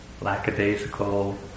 lackadaisical